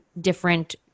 different